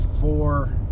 four